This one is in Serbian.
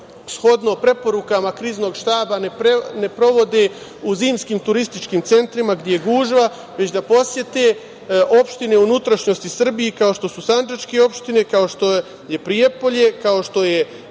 shodno preporukama Kriznog štaba ne provode u zimskim turističkim centrima gde je gužva, već da posete opštine u unutrašnjosti Srbije, kao što sandžačke opštine, kao što je Prijepolje, imamo tu